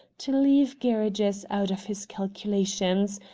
to leave gerridge's out of his calculations,